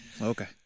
Okay